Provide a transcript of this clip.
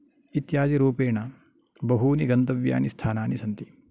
इत्यादिरुपेण बहूनि गन्तव्यानि स्थानानि सन्ति